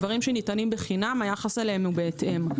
דברים שניתנים בחינם - היחס אליהם הוא בהתאם.